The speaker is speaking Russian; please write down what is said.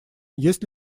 есть